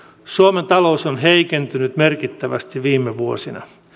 suomen talous on heikentynyt merkittävästi viime vuosina